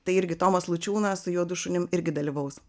tai irgi tomas lučiūnas su juodu šunim irgi dalyvaus